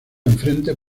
enfrente